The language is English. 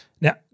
Now